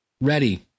Ready